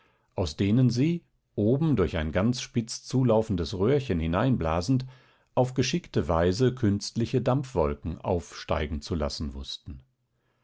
aus denen sie oben durch ein ganz spitz zulaufendes röhrchen hineinblasend auf geschickte weise künstliche dampfwolken aufsteigen zu lassen wußten